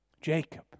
Jacob